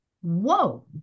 whoa